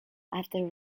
after